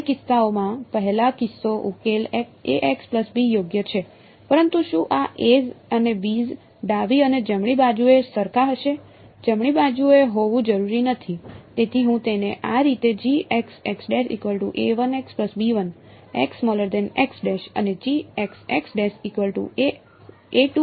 બંને કિસ્સાઓમાં પહેલો કિસ્સો ઉકેલ યોગ્ય છે પરંતુ શું આ As અને Bs ડાબી અને જમણી બાજુએ સરખા હશે જમણી બાજુએ હોવું જરૂરી નથી તેથી હું તેને આ રીતે અને બરાબર લખીશ